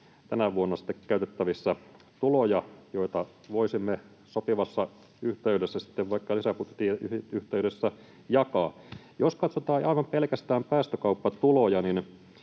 tänä vuonna sitten käytettävissä tuloja, joita voisimme sopivassa yhteydessä sitten vaikka lisäbudjetin yhteydessä jakaa. Jos ei katsota aivan pelkästään päästökauppatuloja,